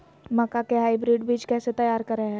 मक्का के हाइब्रिड बीज कैसे तैयार करय हैय?